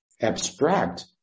Abstract